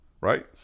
right